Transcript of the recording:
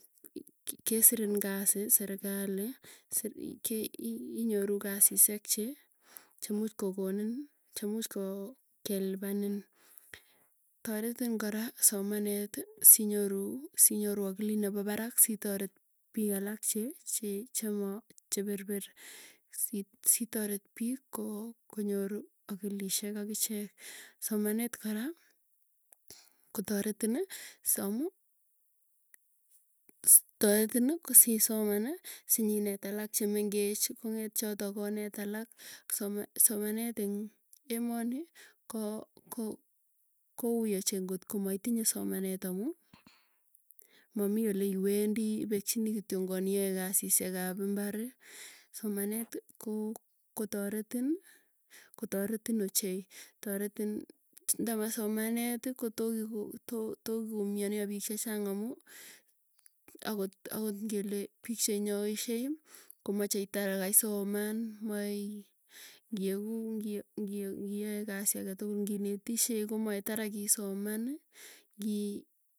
Kesirin kasii, serkali inyoru kasisyek, che chemuuch kokonin chemuuch koo kelipanin taretin kora somaneti, sinyoru sinyoru akilit nepa parak sitaret, piik alak che. chema che perper, sitaret piik koo konyor akilisyek, akichek, somanet kora kotaretini, samuu taretin sisomani sinyinet alak chemengech kong'et chotok konet alak. Somanet ing emoni ko ko koui ochei kotko maitinye somanet amuu, mamii oleiwendii ipekchini kiityongan iae kasisyek ap imbari, somanet ko kotaretin, kotaretin ochei taretin ndama somaneti kotokiumianya piik chechang amuu akot ngele piik cheinyaisie komachei tara kasoman moe ngieku ngiae kasii ake tukul nginetisie komoe tara kisomani ngii.